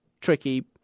tricky